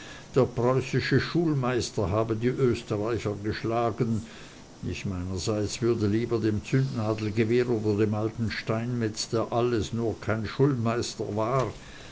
der preußische schulmeister habe die österreicher geschlagen ich meinerseits würde lieber dem zündnadelgewehr oder dem alten steinmetz der alles nur kein schulmeister war